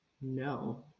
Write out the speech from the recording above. no